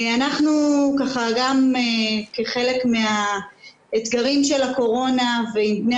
אנחנו גם כחלק מהאתגרים של הקורונה עם בני